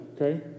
okay